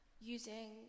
using